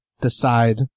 decide